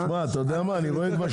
אני לא מקבל את זה.